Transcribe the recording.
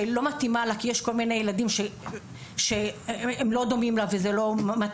שלא מתאימה לה כי יש כל מיני ילדים שהם לא דומים לה וזה לא מתאים.